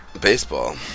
Baseball